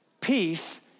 Peace